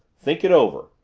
think it over.